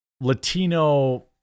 Latino